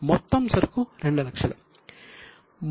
మొత్తం సరుకు 200000